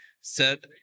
set